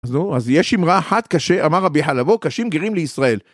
אז נו, אז יש אמרה חד קשה, אמר רבי חלבו, קשים גירים לישראל.